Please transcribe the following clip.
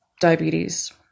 diabetes